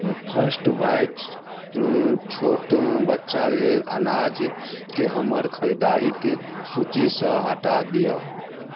first bites छोट बच्चा लेल अनाजके हमर खरीदारीके सूचीसँ हटा दिअऽ